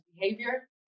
behavior